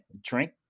drink